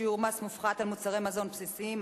שיעור מס מופחת על מוצרי מזון בסיסיים),